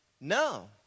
No